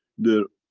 there.